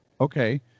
Okay